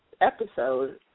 episode